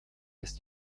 ist